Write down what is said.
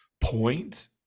point